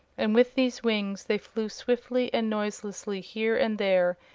and with these wings they flew swiftly and noiselessly here and there,